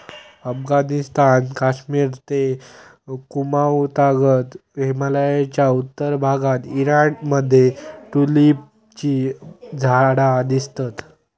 अफगणिस्तान, कश्मिर ते कुँमाउ तागत हिमलयाच्या उत्तर भागात ईराण मध्ये ट्युलिपची झाडा दिसतत